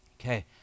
Okay